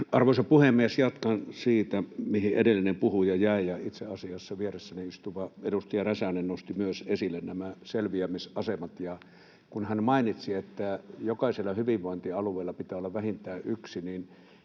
Arvoisa puhemies! Jatkan siitä, mihin edellinen puhuja jäi, ja itse asiassa myös vieressäni istuva edustaja Räsänen nosti esille nämä selviämisasemat. Kun hän mainitsi, että jokaisella hyvinvointialueella pitää olla vähintään yksi,